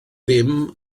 ddim